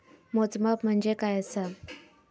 मोजमाप म्हणजे काय असा?